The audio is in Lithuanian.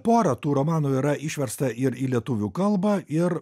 pora tų romanų yra išversta ir į lietuvių kalbą ir